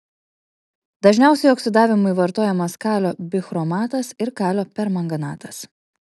dažniausiai oksidavimui vartojamas kalio bichromatas ir kalio permanganatas